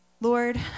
Lord